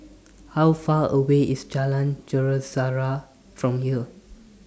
How Far away IS Jalan Sejarah from here